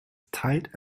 tight